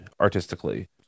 artistically